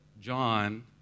John